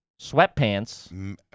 Sweatpants